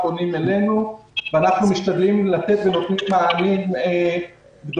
והתושבים פונים אלינו ואנחנו משתדלים לתת ונותנים מענים גדולים.